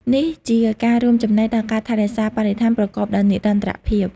នេះជាការរួមចំណែកដល់ការថែរក្សាបរិស្ថានប្រកបដោយនិរន្តរភាព។